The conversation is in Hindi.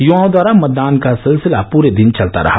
यूवाओं द्वारा मतदान का सिलसिला पूरे दिन चलता रहा